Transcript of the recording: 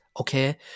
okay